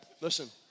Listen